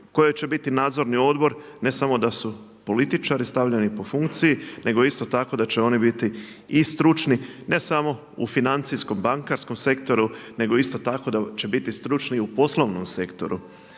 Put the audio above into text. kojoj će biti nadzorni odbor. Ne samo da su političari stavljeni po funkciji nego isto tako da će oni biti i stručni ne samo u financijskom bankarskom sektoru nego isto tako da će biti stručni i u poslovnom sektoru.